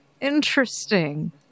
Interesting